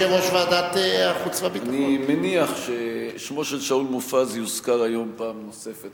אני מניח ששמו של שאול מופז יוזכר פעם נוספת